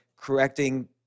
correcting